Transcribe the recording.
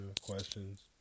questions